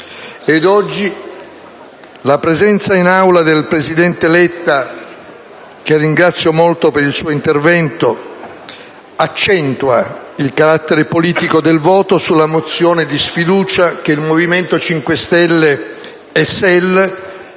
oggi la presenza in Aula del presidente Letta (che ringrazio molto per il suo intervento) accentua il carattere politico del voto sulla mozione di sfiducia che i Gruppi Movimento Cinque Stelle e